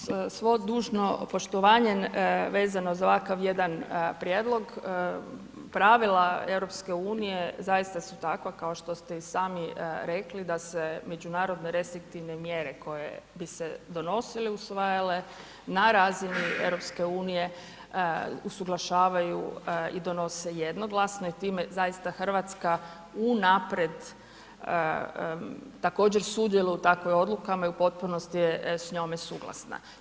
Pa uz svo dužno poštovanje vezano za ovakav jedan prijedlog, pravila EU su zaista takva kao što ste i sami rekli da se međunarodne restriktivne mjere koje bi se donosile, usvajale na razini EU, usuglašavaju i donose jednoglasno i time zaista RH unaprijed također sudjeluje u takvim odlukama i u potpunosti je s njome suglasna.